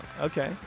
Okay